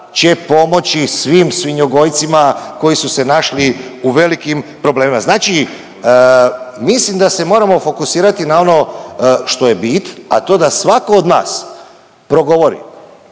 će pomoći svim svinjogojcima koji su se našli u velikim problemima. Znači, mislim da se moramo fokusirati na ono što je bit, a to da svatko od nas progovori